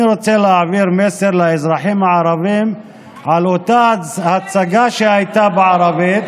אני רוצה להעביר מסר לאזרחים הערבים על אותה הצגה שהייתה בערבית.